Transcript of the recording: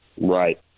Right